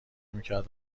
میکرد